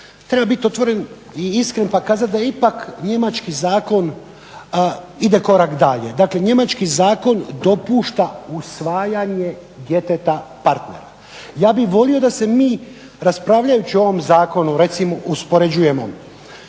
treba biti otvoren i iskren pa kazati da ipak njemački zakon ide korak dalje. Dakle njemački zakon dopušta usvajanje djeteta partnera. Ja bih volio da se mi raspravljajući o ovom zakonu uspoređujemo